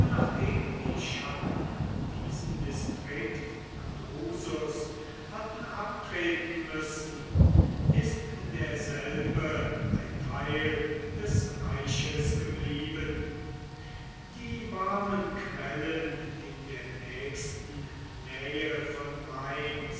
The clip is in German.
nachdem die chatten diesen distrikt an drusus hatten abtreten müssen ist derselbe ein teil des reiches geblieben die warmen quellen in der nächsten nähe von mainz